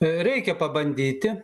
reikia pabandyti